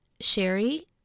Sherry